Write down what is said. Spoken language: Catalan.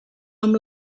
amb